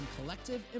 collective